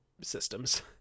systems